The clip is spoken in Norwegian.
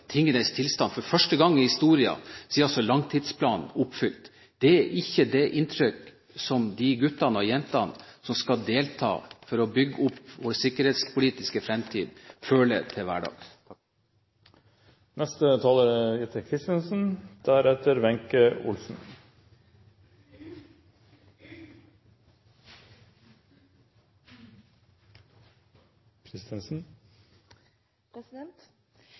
tingenes tilstand at for første gang i historien er langtidsplanen oppfylt. Det er ikke det inntrykket de guttene og jentene som skal delta for å bygge opp vår sikkerhetspolitiske framtid, føler til